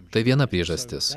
tai viena priežastis